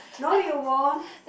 no you won't